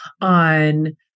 on